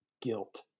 guilt